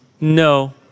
No